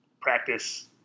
practice